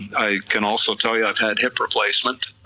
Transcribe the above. i can also tell you i've had hip replacement,